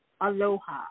aloha